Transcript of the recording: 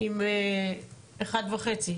ליתר דיוק אחד וחצי.